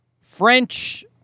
French